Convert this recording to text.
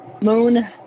Moon